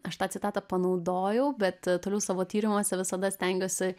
aš tą citatą panaudojau bet toliau savo tyrimuose visada stengiuosi